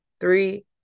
three